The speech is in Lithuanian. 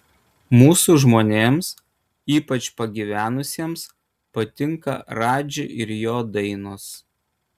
mūsų žmonėms ypač pagyvenusiems patinka radži ir jo dainos